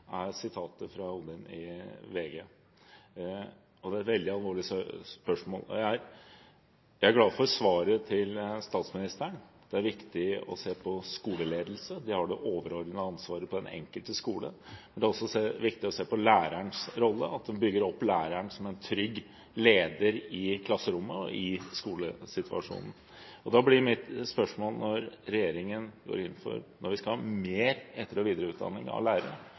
er et veldig alvorlig spørsmål. Jeg er glad for svaret til statsministeren. Det er viktig å se på skoleledelse. De har det overordnede ansvaret på den enkelte skole. Men det er også viktig å se på lærerens rolle – at en bygger opp læreren som trygg leder i klasserommet og i skolesituasjonen. Da blir mitt spørsmål: Når regjeringen går inn for at vi skal ha mer etter- og videreutdanning av lærere,